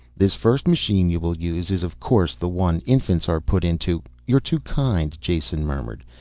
this first machine you will use is of course the one infants are put into you're too kind, jason murmured.